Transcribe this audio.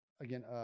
Again